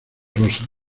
rosas